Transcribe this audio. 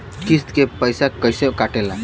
किस्त के पैसा कैसे कटेला?